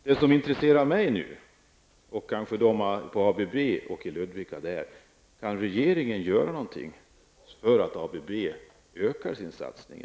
Det som intresserar mig -- och också de anställda på ABB i Ludvika -- är om regeringen kan göra någonting för att ABB skall utöka sin satsning i